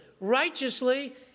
righteously